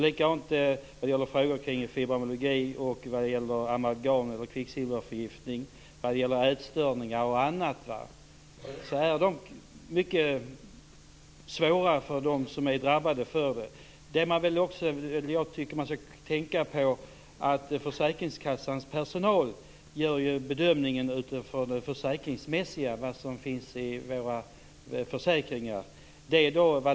Likadant är det när det gäller frågor om fibromyalgi, kvicksilverförgiftning, ätstörningar och annat. Dessa sjukdomar är mycket svåra för dem som är drabbade av dem. Jag tycker också att man skall tänka på att försäkringskassans personal gör bedömningen utifrån det som står i våra försäkringar.